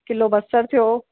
kilo बसर थियो